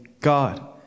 God